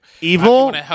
Evil